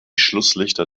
schlusslichter